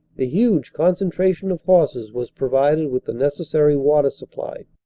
the huge concentration of horses was provided with the necessary water supply.